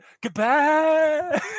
goodbye